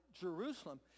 Jerusalem